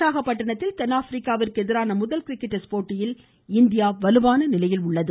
விசாகப்பட்டிணத்தில் தென்னாப்பிரிக்காவிற்கு எதிரான முதல் கிரிக்கெட் டெஸ்ட் போட்டியில் இந்தியா வலுவான நிலையில் உள்ளது